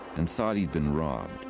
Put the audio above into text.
and thought he'd been robbed.